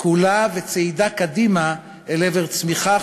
כולה וצעידה קדימה אל עבר צמיחה,